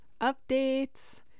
Updates